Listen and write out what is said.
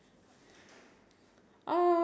I think you do that once a week I think it's fine